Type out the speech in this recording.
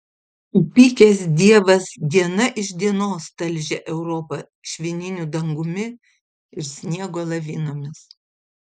įpykęs dievas diena iš dienos talžė europą švininiu dangumi ir sniego lavinomis